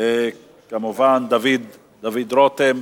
דוד רותם.